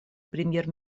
премьер